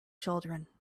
children